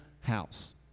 house